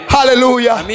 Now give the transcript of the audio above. Hallelujah